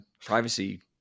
privacy